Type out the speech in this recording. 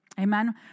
Amen